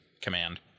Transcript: command